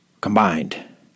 combined